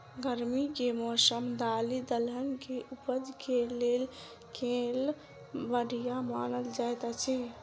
गर्मी केँ मौसम दालि दलहन केँ उपज केँ लेल केल बढ़िया मानल जाइत अछि?